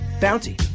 bounty